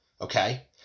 Okay